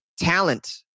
talent